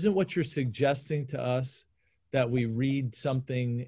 't what you're suggesting to us that we read something